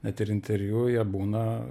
net ir interviu jie būna